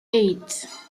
eight